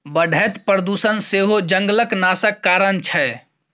बढ़ैत प्रदुषण सेहो जंगलक नाशक कारण छै